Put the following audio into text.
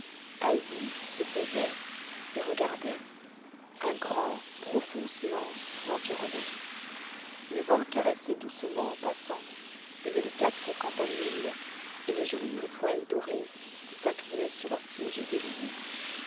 se taisait et regardait un grand profond silence l'environnait le vent caressait doucement en passant les délicates campanules et les jolies étoiles dorées qui s'inclinaient sur leur tige déliée